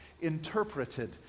Interpreted